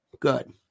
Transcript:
good